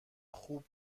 خوب